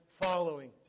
following